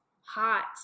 Hot